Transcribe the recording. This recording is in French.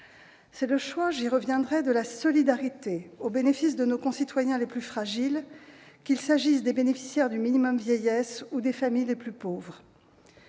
fait le choix- j'y reviendrai -de la solidarité au bénéfice de nos concitoyens les plus fragiles, qu'il s'agisse des bénéficiaires du minimum vieillesse ou des familles les plus pauvres.